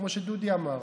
כמו שדודי אמר,